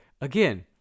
again